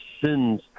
sins